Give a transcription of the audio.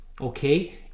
Okay